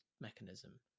mechanism